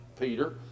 Peter